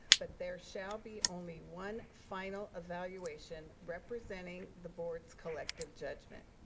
but there shall be only one final evaluation representing the board's collective judgment.